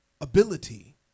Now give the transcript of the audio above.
ability